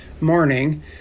morning